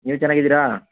ನೀವು ಚೆನ್ನಾಗಿದಿರಾ